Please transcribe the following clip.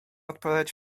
odpowiadać